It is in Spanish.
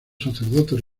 sacerdotes